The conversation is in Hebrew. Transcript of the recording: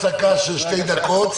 קארין, קחי הפסקה של שתי דקות,